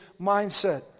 mindset